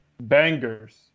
bangers